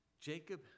Jacob